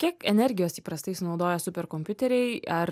kiek energijos įprastai sunaudoja superkompiuteriai ar